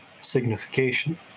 signification